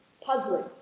puzzling